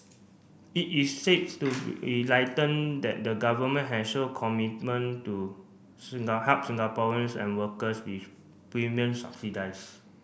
it is says that the Government has shown commitment to help Singaporeans and workers with premium subsidies